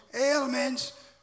ailments